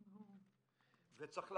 צריך להבין: